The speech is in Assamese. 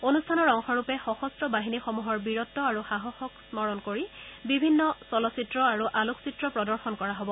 অনুষ্ঠানৰ অংশৰূপে সশস্ত্ৰ বাহিনীসমূহৰ পৰাক্ৰম আৰু সাহসক প্ৰদৰ্শন কৰি বিভিন্ন চলচ্চিত্ৰ আৰু আলোকচিত্ৰ প্ৰদৰ্শন কৰা হব